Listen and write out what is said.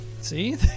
see